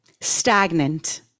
stagnant